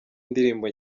ndirimbo